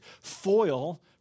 foil